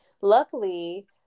Luckily